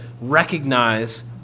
recognize